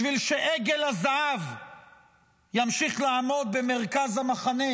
בשביל שעגל הזהב ימשיך לעמוד במרכז המחנה